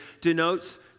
denotes